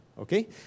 Okay